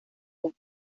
black